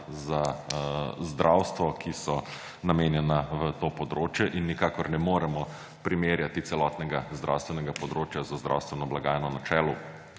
za zdravje, ki so namenjene v to področje, in nikakor ne moremo primerjati celotnega zdravstvenega področja z zdravstveno blagajno na čelu